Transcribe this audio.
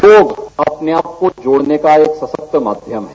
योग अपने आप को जोड़ने का एक सशक्त माध्यम है